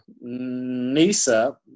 nisa